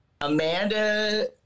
Amanda